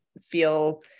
feel